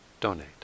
donate